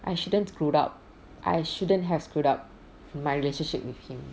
I shouldn't screwed up I shouldn't have screwed up my relationship with him